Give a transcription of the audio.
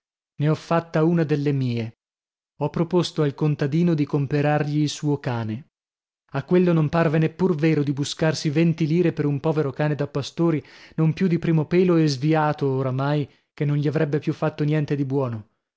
ne ho fatta una delle mie ho proposto al contadino di comperargli il suo cane a quello non parve neppur vero di buscarsi venti lire per un povero cane da pastori non più di primo pelo e sviato oramai che non gli avrebbe più fatto niente di buono